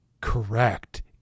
Correct